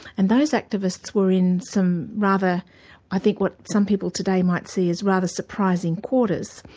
and those activists were in some rather i think what some people today might see as rather surprising quarters.